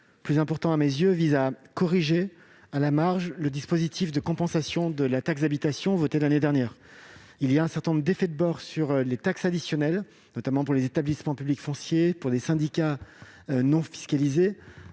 plus important à mes yeux, il vise à corriger à la marge le dispositif de compensation de la taxe d'habitation votée l'année dernière. Il existe en effet des effets de bord sur les taxes additionnelles, notamment pour les établissements publics fonciers et les syndicats non fiscalisés.